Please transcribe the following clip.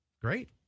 great